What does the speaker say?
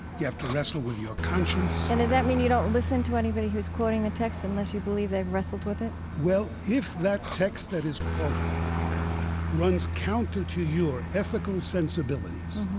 you have to wrestle with your conscience and does that mean you don't listen to anybody who's quoting the text unless you believe they've wrestled with it? well, if that text that is quoted runs counter to your ethical sensibilities,